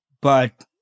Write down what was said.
but-